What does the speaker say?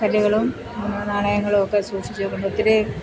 കല്ലുകളും നാണയങ്ങളുമൊക്കെ സൂക്ഷിച്ചു വെക്കുമ്പം ഒത്തിരി